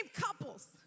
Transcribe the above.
couples